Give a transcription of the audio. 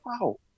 wow